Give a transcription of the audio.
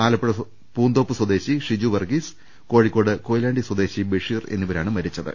ആലപ്പുഴ പൂന്തോപ്പ് സ്വദേശി ഷിജു വർഗീ സ് കോഴിക്കോട് കൊയിലാണ്ടി സ്വദേശി ബഷീർ എന്നിവരാണ് മരിച്ചത്